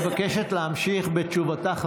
שרת התחבורה מבקשת להמשיך בתשובתה.